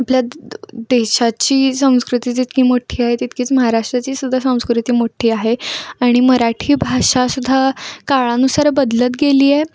आपल्या द देशाची संस्कृती जितकी मोठी आहे तितकीच महाराष्ट्राची सुद्धा संस्कृती मोठ्ठी आहे आणि मराठी भाषा सुद्धा काळानुसार बदलत गेली आहे